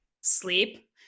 sleep